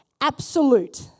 absolute